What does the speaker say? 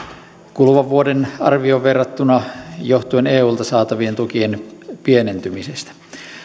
kuluvan vuoden arvioon verrattuna johtuen eulta saatavien tukien pienentymisestä